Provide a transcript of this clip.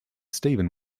stephen